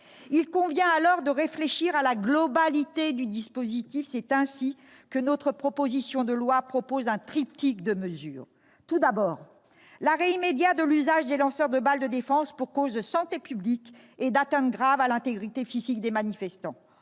Il convient, dès lors, de réfléchir à la globalité du dispositif. C'est ainsi que nous proposons un triptyque de mesures. D'abord, nous demandons l'arrêt immédiat de l'usage des lanceurs de balles de défense, pour cause de santé publique et d'atteintes graves à l'intégrité physique des manifestants.